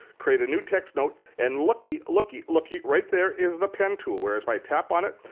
create a new text note and lookie, lookie, lookie. right there is the pen tool where if i tap on it,